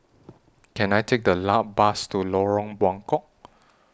Can I Take A Bus to Lorong Buangkok